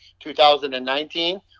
2019